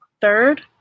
third